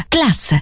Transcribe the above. Class